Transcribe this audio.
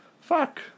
fuck